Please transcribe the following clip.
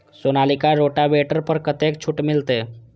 Sonalika rotavator पर कतेक छूट मिलते?